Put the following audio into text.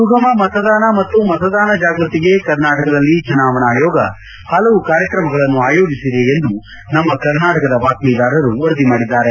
ಸುಗಮ ಮತದಾನ ಮತ್ತು ಮತದಾನ ಜಾಗ್ಚತಿಗೆ ಕರ್ನಾಟಕದಲ್ಲಿ ಚುನಾವಣಾ ಆಯೋಗ ಹಲವು ಕಾರ್ಯಕ್ರಮಗಳನ್ನು ಆಯೋಜಿಸಿವೆ ಎಂದು ನಮ್ಮ ಕರ್ನಾಟಕದ ಬಾತ್ತೀದಾರರು ವರದಿ ಮಾಡಿದ್ದಾರೆ